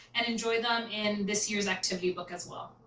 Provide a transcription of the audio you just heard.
and enjoy them in this year's activity book as well.